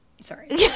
sorry